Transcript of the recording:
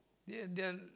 ya they're